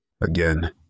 Again